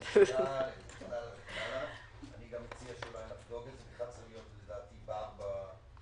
אני מציע שאולי נחגוג את זה, צריך להיות בר בכנסת,